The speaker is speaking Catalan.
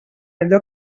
allò